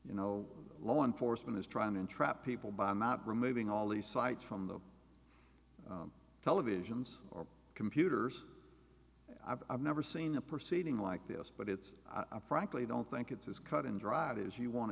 you know law enforcement is trying to entrap people by not removing all the sights from the televisions or computers i've never seen a proceeding like this but it's i frankly don't think it's as cut and dried as you want